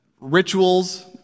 rituals